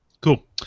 Cool